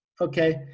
okay